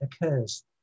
occurs